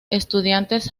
estudiantes